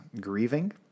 grieving